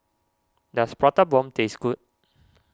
does Prata Bomb taste good